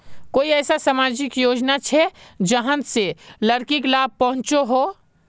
कोई ऐसा सामाजिक योजना छे जाहां से लड़किक लाभ पहुँचो हो?